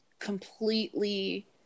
completely